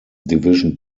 division